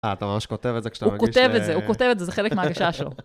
אה, אתה ממש כותב את זה כשאתה מרגיש ש... הוא כותב את זה, הוא כותב את זה, זה חלק מההגישה שלו.